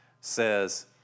says